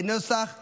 כנוסח הוועדה.